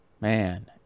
man